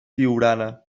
tiurana